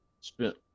spent